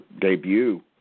debut